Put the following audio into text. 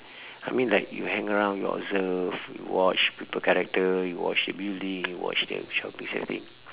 I mean like you hang around you observe you watch people character you watch the building you watch the shopping setting